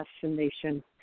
destination